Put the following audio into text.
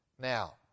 Now